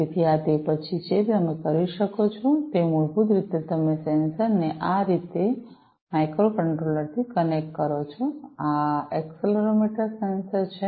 તેથી આ તે પછી છે જે તમે કરો છો તે મૂળભૂત રીતે તમે સેન્સર ને આ રીતે માઇક્રોકન્ટ્રોલર થી કનેક્ટ કરો છો આ એક્સેલરોમીટર સેન્સર છે